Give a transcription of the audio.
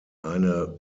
eine